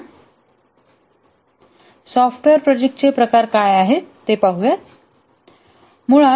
आता सॉफ्टवेअर प्रोजेक्टचे प्रकार काय आहेत ते पाहू या